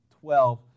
twelve